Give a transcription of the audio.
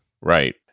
Right